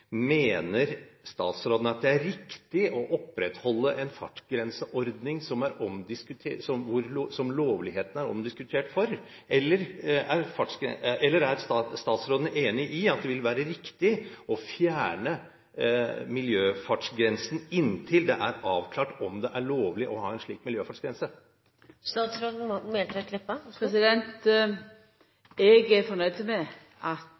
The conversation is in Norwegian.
at det er riktig å opprettholde en fartsgrenseordning som det er diskutert lovligheten av, eller er statsråden enig i at det vil være riktig å fjerne miljøfartsgrensen inntil det er avklart om det er lovlig å ha en slik miljøfartsgrense? Eg er fornøgd med at